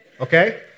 okay